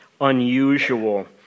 unusual